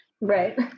right